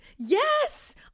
Yes